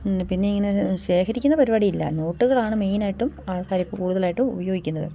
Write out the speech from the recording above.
പിന്നെ ഇങ്ങനെ ശേഖരിക്കുന്ന പരിപാടി ഇല്ല നോട്ടുകളാണ് മെയിനായിട്ടും ആൾക്കാരിപ്പം കൂടുതലായിട്ടും ഉപയോഗിക്കുന്നത്